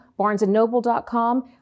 barnesandnoble.com